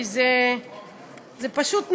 כי זה פשוט נורא.